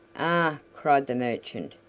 ah! cried the merchant,